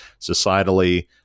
societally